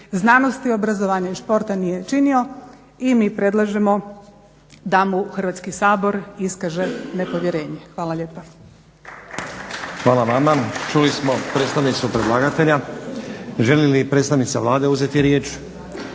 znanosti, obrazovanja i sporta nije činio i mi predlažemo da mu Hrvatski sabor iskaže nepovjerenje. Hvala lijepa. /Pljesak./ **Stazić, Nenad (SDP)** Hvala vama. Čuli smo predstavnicu predlagatelja. Želi li i predstavnica Vlade uzeti riječ?